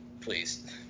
please